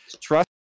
Trust